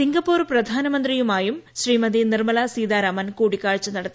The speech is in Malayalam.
സിംഗപ്പൂർ പ്രധാനമന്ത്രി ടിയോ ചീ ഹിയാനു മായും ശ്രീമതി നിർമ്മലാ സീതാരാമൻ കൂടിക്കാഴ്ച നടത്തി